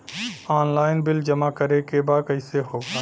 Online bill जमा करे के बा कईसे होगा?